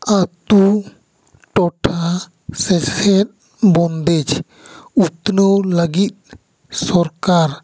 ᱟᱛᱳ ᱴᱚᱴᱷᱟ ᱥᱮᱪᱮᱫ ᱵᱚᱱᱫᱮᱡᱽ ᱩᱛᱱᱟᱹᱣ ᱞᱟᱹᱜᱤᱫ ᱥᱚᱨᱠᱟᱨ